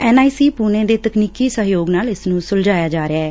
N I C Pune ਦੇ ਤਕਨੀਕੀ ਸਹਿਯੋਗ ਨਾਲ ਇਸ ਨੂੰ ਸੁਲਝਾਇਆ ਜਾ ਰਿਹੈ